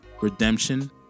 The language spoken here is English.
redemption